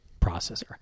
processor